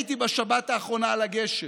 הייתי בשבת האחרונה על הגשר,